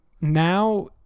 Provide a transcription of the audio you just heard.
now